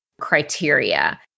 criteria